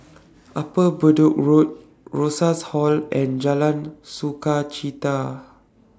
Upper Bedok Road Rosas Hall and Jalan Sukachita